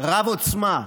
רב עוצמה,